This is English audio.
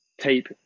tape